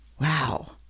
Wow